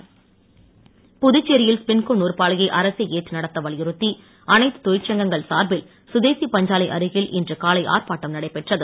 ஸ்பின்கோ புதுச்சேரியில் ஸ்பின்கோ நூற்பாலையை அரசே ஏற்று நடத்த வலியுறுத்தி அனைத்து தொழிற்சங்கங்கள் சார்பில் சுதேசி பஞ்சாலை அருகில் இன்று காலை ஆர்ப்பாட்டம் நடைபெற்றது